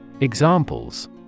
Examples